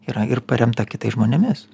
yra ir paremta kitais žmonėmis